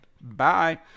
Bye